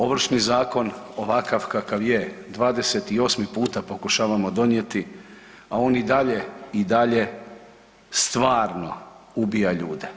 Ovršni zakon ovakav kakva je 28. puta pokušavamo donijeti, a on i dalje i dalje stvarno ubija ljude.